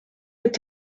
mit